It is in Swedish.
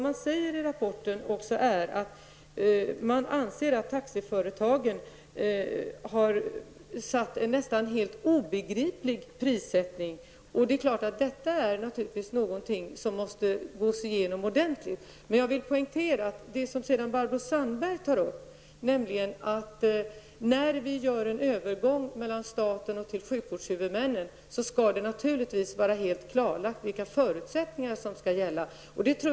Man anser också i rapporten att taxiföretagen har infört en nästan helt obegriplig prissättning. Detta är naturligtvis någonting som måste gås igenom ordentligt. När det sedan gäller det som Barbro Sandberg tar upp, nämligen övergången från staten till sjukvårdshuvudmännen, skall det naturligtvis vara helt klarlagt vilka förutsättningar som skall gälla.